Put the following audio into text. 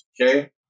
okay